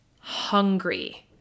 hungry